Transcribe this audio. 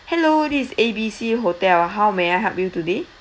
hello this is A B C hotel how may I help you today